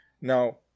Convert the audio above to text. Now